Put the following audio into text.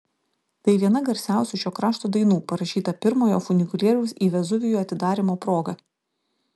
tai viena garsiausių šio krašto dainų parašyta pirmojo funikulieriaus į vezuvijų atidarymo proga